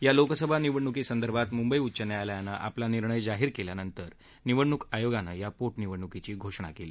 या लोकसभा निवडणुकीसंदर्भात मुंबई उच्च न्यायालयानं आपला निर्णय जाहीर केल्यानंतर निवडणूक आयोगानं या पोटनिवडणुकीची घोषणा केली